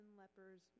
lepers